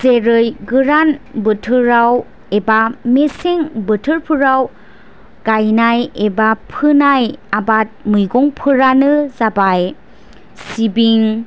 जेरै गोरान बोथोराव एबा मेसें बोथोरफोराव गायनाय एबा फोनाय आबाद मैगंफोरानो जाबाय सिबिं